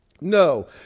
No